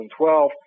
2012